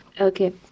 Okay